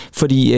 fordi